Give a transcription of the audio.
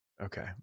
Okay